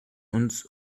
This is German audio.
uns